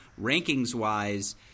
rankings-wise